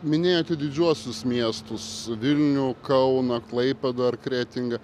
minėjote didžiuosius miestus vilnių kauną klaipėdą ar kretingą